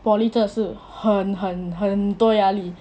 poly 真的是很很很多压力